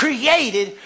Created